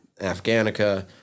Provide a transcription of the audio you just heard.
Afghanica